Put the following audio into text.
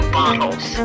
bottles